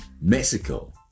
Mexico